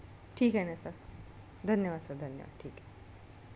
ठीक आहे ना सर धन्यवाद सर धन्यवाद ठीक आहे